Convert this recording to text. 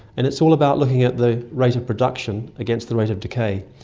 and it's all about looking at the rate of production against the rate of decay,